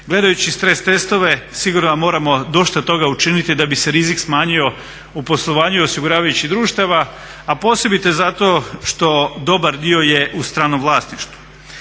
gledajući stres testove sigurno da moramo dosta toga učinili da bi se rizik smanjio u poslovanju osiguravajućih društava, a posebice zato što dobar dio je u stranom vlasništvu.